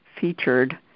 featured